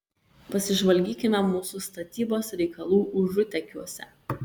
pasižvalgykime mūsų statybos reikalų užutėkiuose